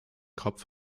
kopf